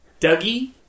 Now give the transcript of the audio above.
Dougie